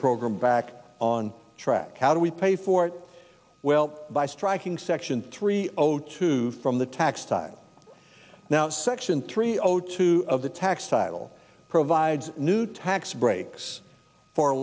program back on track how do we pay for it well by striking section three zero two from the tax side now section three o two of the tax cycle provides new tax breaks for